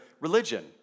religion